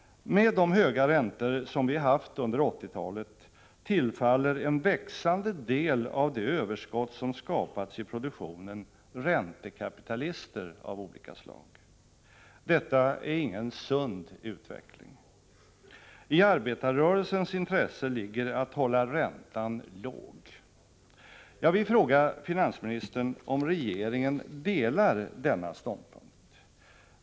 Med de höga räntor som vi haft under 1980-talet tillfaller en växande del av det överskott som skapats i produktionen räntekapitalister av olika slag. Detta är ingen sund utveckling. I arbetarrörelsens intresse ligger att hålla räntan låg. Jag vill fråga finansministern om regeringen delar denna ståndpunkt.